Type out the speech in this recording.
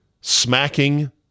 smacking